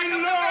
האכיפה.